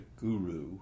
guru